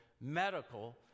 medical